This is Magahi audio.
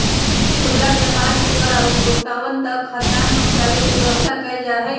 खुदरा व्यापार के द्वारा उपभोक्तावन तक खाद्यान्न पहुंचावे के व्यवस्था कइल जाहई